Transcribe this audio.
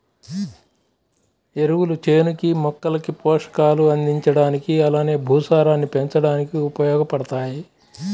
ఎరువులు చేనుకి, మొక్కలకి పోషకాలు అందించడానికి అలానే భూసారాన్ని పెంచడానికి ఉపయోగబడతాయి